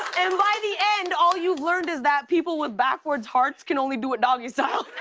and by the end, all you've learned is that people with backwards hearts can only do it doggy-style.